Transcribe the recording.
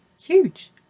huge